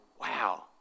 wow